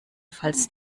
falls